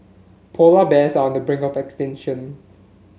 polar bears are on the brink of extinction